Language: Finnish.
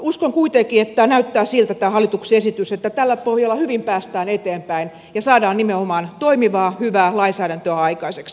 uskon kuitenkin että tämä hallituksen esitys näyttää siltä että tällä pohjalla hyvin päästään eteenpäin ja saadaan nimenomaan toimivaa hyvää lainsäädäntöä aikaiseksi